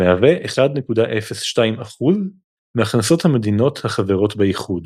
המהווה 1.02% מהכנסות המדינות החברות באיחוד.